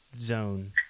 zone